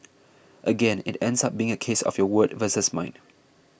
again it ends up being a case of your word versus mine